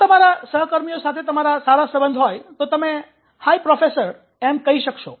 જો તમારા સહકર્મીઓ સાથે તમારે સારા સંબંધ છે તો તમે હાય પ્રોફેસર એમ કહી શકશો